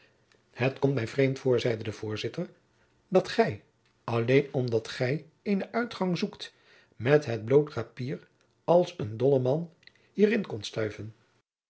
het komt mij vreemd voor zeide de voorzitter dat gij alleen omdat gij eenen uitgang zoekt met het bloot rapier als een dolleman hierin komt stuiven